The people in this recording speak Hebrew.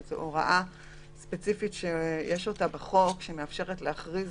יש הוראה ספציפית בחוק שמאפשרת להכריז